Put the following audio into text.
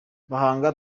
bahanga